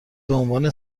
بعنوان